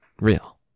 real